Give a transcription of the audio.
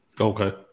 Okay